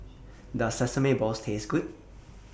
Does Sesame Balls Taste Good